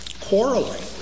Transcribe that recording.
quarreling